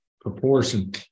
proportion